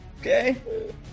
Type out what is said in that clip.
okay